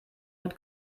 mit